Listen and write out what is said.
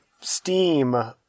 steam